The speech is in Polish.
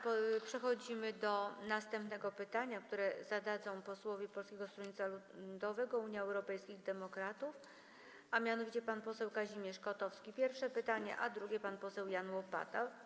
Przechodzimy do następnego pytania, które zadadzą posłowie Polskiego Stronnictwa Ludowego - Unii Europejskich Demokratów, a mianowicie pan poseł Kazimierz Kotowski - pierwsze pytanie, a drugie - pan poseł Jan Łopata.